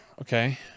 Okay